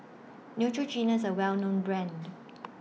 Neutrogena IS A Well known Brand